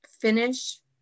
finish